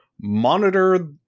monitor